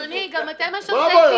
אדוני, גם אתם משרתי ציבור.